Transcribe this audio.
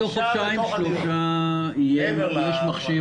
בתוך חודשיים שלושה יהיה מכשיר.